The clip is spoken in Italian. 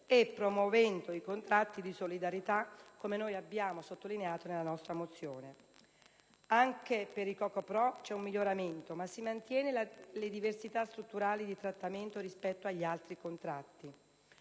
e promuovendo i contratti di solidarietà, come abbiamo sottolineato nella nostra mozione. Anche per i co.co.pro. c'è un miglioramento, ma si mantengono le diversità strutturali di trattamento rispetto agli altri contratti;